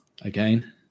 again